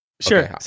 sure